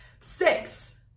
Six